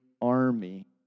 army